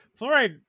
fluoride